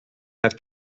have